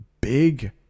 big